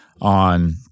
on